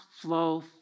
flow